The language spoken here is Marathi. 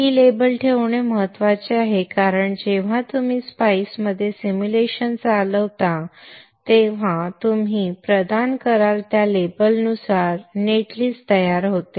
ही लेबल ठेवणे महत्त्वाचे आहे कारण जेव्हा तुम्ही स्पाइस मध्ये सिम्युलेशन चालवता तेव्हा तुम्ही प्रदान कराल त्या लेबलनुसार नेट लिस्ट तयार होते